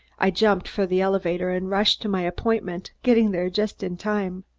i jumped for the elevator and rushed to my appointment, getting there just in time.